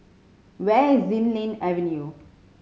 where is Xilin Avenue